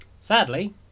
sadly